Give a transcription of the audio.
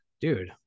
dude